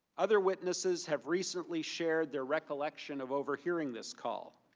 other witnesses have recently shared the recollection of overhearing this call.